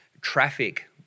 traffic